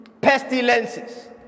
pestilences